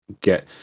get